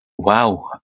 Wow